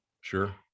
sure